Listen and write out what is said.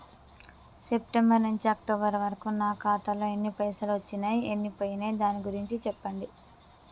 September నుంచి October వరకు నా ఖాతాలో ఎన్ని పైసలు వచ్చినయ్ ఎన్ని పోయినయ్ దాని గురించి చెప్పండి?